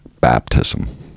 baptism